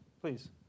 please